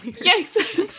yes